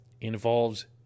involves